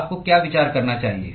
आपको क्या विचार करना चाहिए